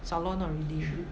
salon already